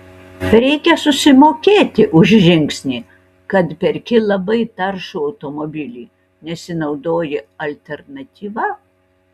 reikia susimokėti už žingsnį kad perki labai taršų automobilį nesinaudoji alternatyva